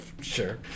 Sure